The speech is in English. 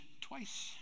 twice